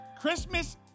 Christmas